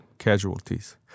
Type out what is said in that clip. casualties